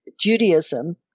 Judaism